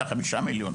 על החמישה מיליון,